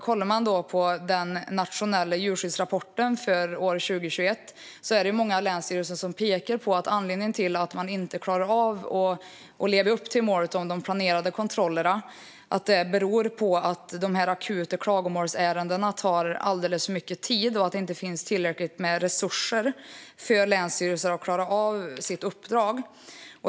Kollar man på den nationella djurskyddsrapporten för år 2021 ser man att många länsstyrelser pekar på att anledningen till att de inte klarar av att leva upp till målet för de planerade kontrollerna är att de akuta klagomålsärendena tar alldeles för mycket tid och att det inte finns tillräckligt med resurser för länsstyrelserna att klara av sitt uppdrag.